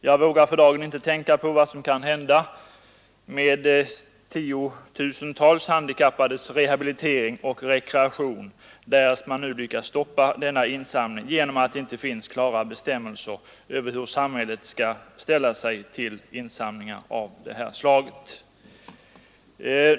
Jag vågar för dagen inte tänka på vad som kan hända med tiotusentals handikappades rehabilitering och rekreation därest man nu lyckas stoppa denna insamling på grund av att det inte finns klara bestämmelser för hur samhället skall ställa sig till insamlingar av det här slaget.